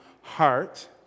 heart